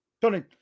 Tony